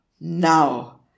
now